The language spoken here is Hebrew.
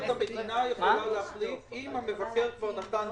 אם יש דוח של מבקר